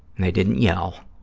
and they didn't yell,